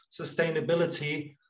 Sustainability